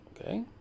okay